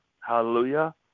hallelujah